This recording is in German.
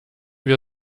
wir